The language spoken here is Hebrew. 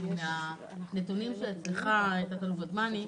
תא"ל ודמני,